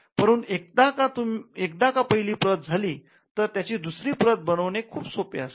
परंतु एकदा का पहिली प्रत तयार झाली तर त्याची दुसरी प्रत बनवणे खूप सोपे असते